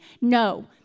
No